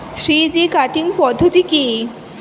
Three G cutting পদ্ধতি কি?